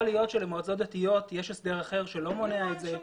יכול להיות שלמועצות דתיות יש הסדר אחר שלא מונע את זה.